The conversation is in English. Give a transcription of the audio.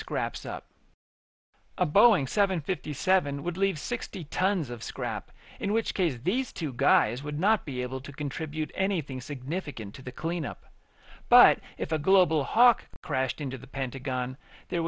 scraps up a boeing seven fifty seven would leave sixty tons of scrap in which case these two guys would not be able to contribute anything significant to the cleanup but if a global hawk crashed into the pentagon there